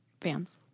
fans